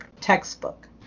textbook